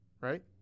right